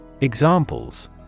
Examples